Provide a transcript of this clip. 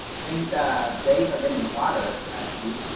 things. days are getting hotter, actually.